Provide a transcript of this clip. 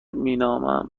مینامم